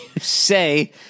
say